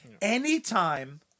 Anytime